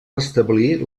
restablir